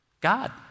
God